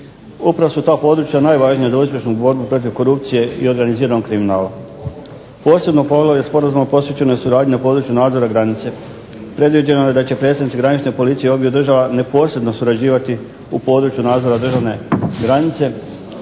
Upravo su ta područja najvažnija za uspješnu borbu protiv korupcije i organiziranog kriminala. Posebno područje sporazuma posvećeno je suradnji na području nadzora granice. Predviđeno je da će predstavnici Granične policija obiju država neposredno surađivati u području nadzora državne granice.